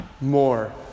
more